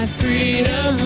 freedom